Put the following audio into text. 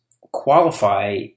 qualify